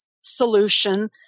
solution